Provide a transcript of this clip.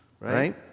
right